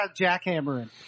jackhammering